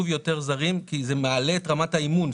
יותר זרים כי זה מעלה את רמת האימון.